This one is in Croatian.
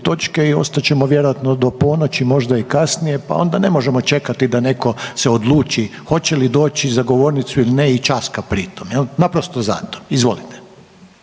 točke i ostat ćemo vjerojatno do ponoći, možda i kasnije pa onda ne možemo čekati da netko se odluči hoće li doći za govornicu ili ne i časka pri tom jel'. Naprosto zato. Izvolite.